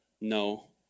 No